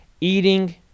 eating